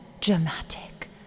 Dramatic